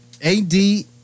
A-D